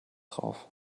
drauf